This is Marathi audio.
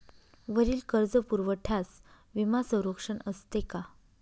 वरील कर्जपुरवठ्यास विमा संरक्षण असते का?